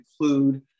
include